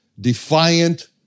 defiant